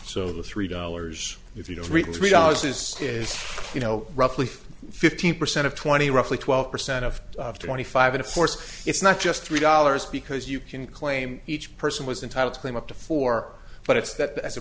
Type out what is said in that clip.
so the three dollars if you don't really three dollars is is you know roughly fifteen percent of twenty roughly twelve percent of twenty five in a force it's not just three dollars because you can claim each person was entitled to claim up to four but it's that as a